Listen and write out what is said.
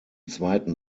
zweiten